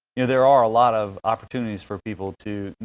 yeah there are a lot of opportunities for people to,